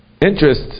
interest